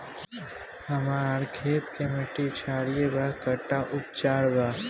हमर खेत के मिट्टी क्षारीय बा कट्ठा उपचार बा?